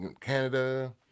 Canada